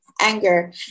anger